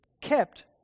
Kept